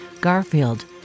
Garfield